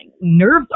nerves